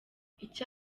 icyo